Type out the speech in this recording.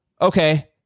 Okay